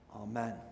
Amen